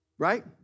right